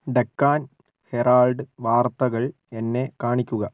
Deccan Herald വാർത്തകൾ എന്നെ കാണിക്കുക